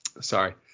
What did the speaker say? Sorry